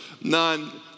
None